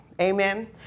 Amen